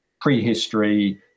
prehistory